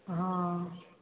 हँ